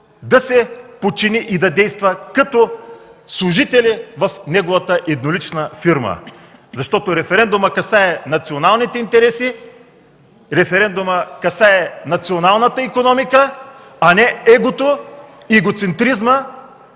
да се подчини и да действат като служители в неговата еднолична фирма. Референдумът касае националните интереси, референдумът касае националната икономика, а не егото и егоцентризма